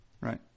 Right